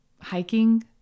hiking